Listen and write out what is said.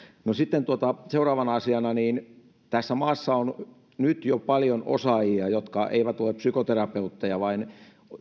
sitten seuraavana asiana tässä maassa on nyt jo paljon osaajia jotka eivät ole psykoterapeutteja vaan